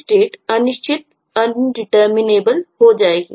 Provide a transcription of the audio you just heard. state हो जाएगी